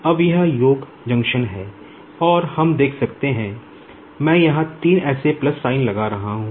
अब यह योग जंक्शन है और हम देख सकते हैं मैं यहां तीन ऐसे प्लस साइन लगा रहा हूं